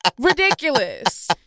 ridiculous